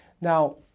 Now